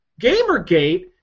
Gamergate